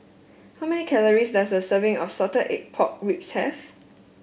how many calories does a serving of Salted Egg Pork Ribs have